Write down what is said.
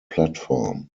platform